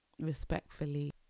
respectfully